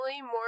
more